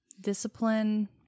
discipline